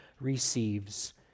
receives